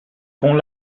con